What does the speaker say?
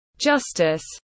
justice